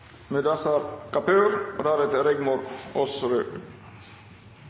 Mudassar Kapur , Petter Eide og